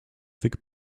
thick